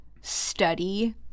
study